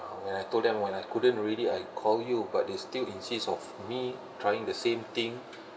when I told them when I couldn't already I call you but they still insist of me trying the same thing